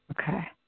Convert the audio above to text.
Okay